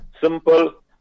Simple